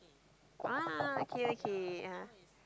ah okay okay ah